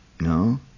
no